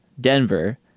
Denver